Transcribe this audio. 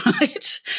right